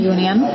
Union